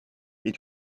est